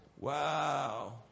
Wow